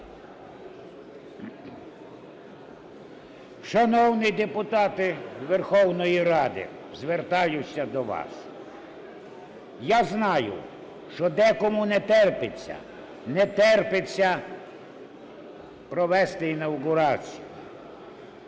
Шановні депутати Верховної Ради, звертаюся до вас. Я знаю, що декому не терпиться, не терпиться провести інавгурацію.